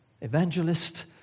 evangelist